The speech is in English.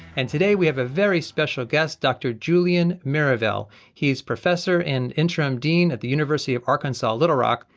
and today we have a very special guest, dr julien mirivel he's professor and interim dean at the university of arkansas little rock,